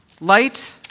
light